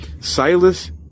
Silas